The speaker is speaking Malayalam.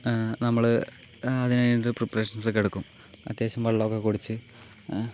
നമ്മൾ അതിന് വേണ്ട പ്രിപ്രറേഷൻസൊക്കെ എടുക്കും അത്യാവശ്യം വെള്ളമൊക്കെ കുടിച്ച്